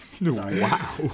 Wow